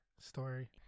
story